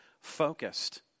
focused